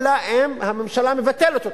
אלא אם כן הממשלה מבטלת אותן.